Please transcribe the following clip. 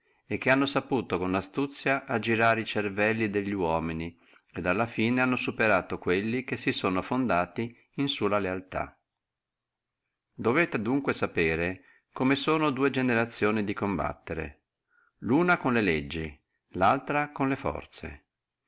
e che hanno saputo con lastuzia aggirare e cervelli delli uomini et alla fine hanno superato quelli che si sono fondati in sulla lealtà dovete adunque sapere come sono dua generazione di combattere luno con le leggi laltro con la forza